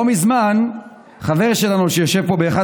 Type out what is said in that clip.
לא מזמן חבר שלנו שיושב פה על אחד